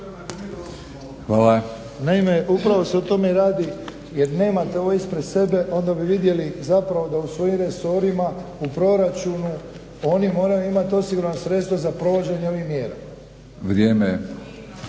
se./… Naime, upravo se o tome radi jer nemate ovo ispred sebe, onda bi vidjeli zapravo da u svojim resorima, u proračunu oni moraju imati osigurana sredstva za provođenje ovih mjera.